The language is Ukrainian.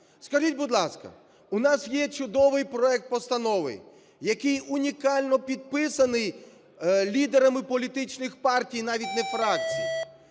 Скажіть, будь ласка, у нас є чудовий проект постанови, який унікально підписаний лідерами політичних партій, навіть не фракцій,